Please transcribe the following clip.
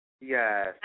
Yes